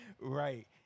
Right